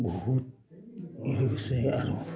বহুত কৰিছে আৰু